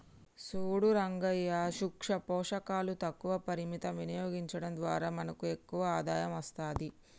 సూడు రంగయ్యా సూక్ష పోషకాలు తక్కువ పరిమితం వినియోగించడం ద్వారా మనకు ఎక్కువ ఆదాయం అస్తది